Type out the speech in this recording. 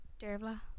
Dervla